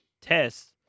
tests